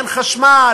אין חשמל,